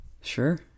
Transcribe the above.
Sure